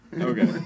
Okay